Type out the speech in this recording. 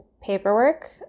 paperwork